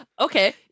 Okay